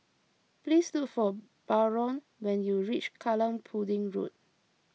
please look for Barron when you reach Kallang Pudding Road